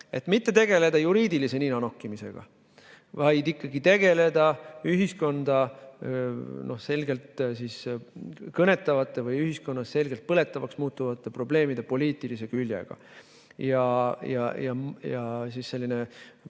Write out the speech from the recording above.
et mitte tegeleda juriidilise ninanokkimisega, vaid ikkagi tegeleda ühiskonda selgelt kõnetavate või ühiskonnas selgelt põletavaks muutuvate probleemide poliitilise küljega. Selline